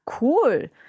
Cool